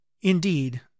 Indeed